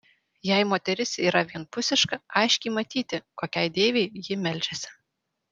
jei moteris yra vienpusiška aiškiai matyti kokiai deivei ji meldžiasi